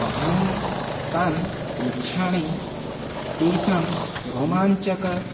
अहं तान् पृच्छामि तेषां रोमाञ्चकं